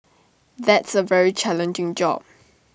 that's A very challenging job